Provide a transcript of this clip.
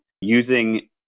using